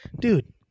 dude